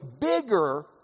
bigger